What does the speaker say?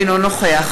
אינו נוכח